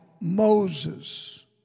Moses